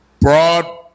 broad